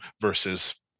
versus